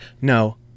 no